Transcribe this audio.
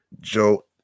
Joe